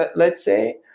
but let's say,